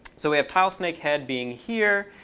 so we have tile snake head being here.